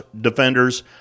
Defenders